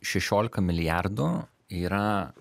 šešiolika milijardų yra